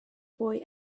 boy